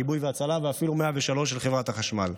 כיבוי והצלה ואפילו 103 של חברת החשמל.